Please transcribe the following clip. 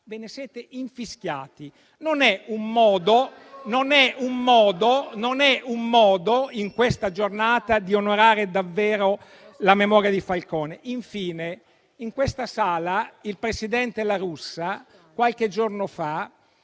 Ve ne siete infischiati. *(Commenti).* Non è un modo, in questa giornata, di onorare davvero la memoria di Falcone. Infine, in quest'Aula il presidente La Russa qualche giorno fa